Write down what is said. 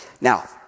Now